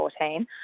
2014